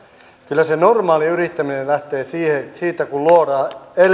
kyllä se normaali yrittäminen lähtee siitä kun luodaan